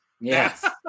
Yes